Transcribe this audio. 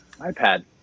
iPad